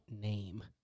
name